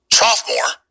sophomore